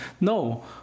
No